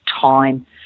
time